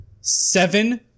Seven